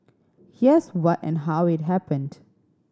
here's what and how it happened